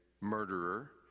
murderer